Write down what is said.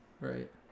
Right